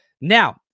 Now